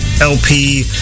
LP